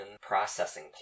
processing